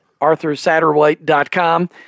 ArthurSatterwhite.com